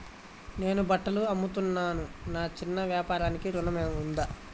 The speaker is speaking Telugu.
నేను బట్టలు అమ్ముతున్నాను, నా చిన్న వ్యాపారానికి ఋణం ఉందా?